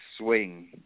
swing